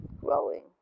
growing